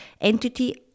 entity